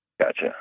Gotcha